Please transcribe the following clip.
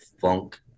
funk